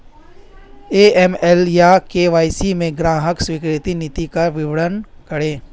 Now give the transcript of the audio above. AML या KYC में ग्राहक स्वीकृति नीति का वर्णन करें?